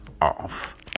off